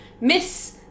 Miss